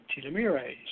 telomerase